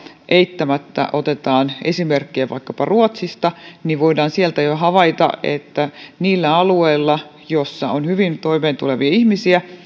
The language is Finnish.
eittämättä otetaan esimerkkiä vaikkapa ruotsista voidaan sieltä jo havaita että niillä alueilla joilla on hyvin toimeentulevia ihmisiä